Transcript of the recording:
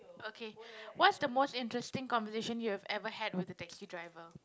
okay what's the most interesting conversation you have ever had with a taxi driver